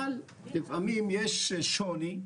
אבל לפעמים יש שוני,